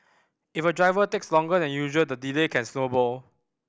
if a driver takes longer than usual the delay can snowball